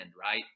right